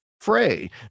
fray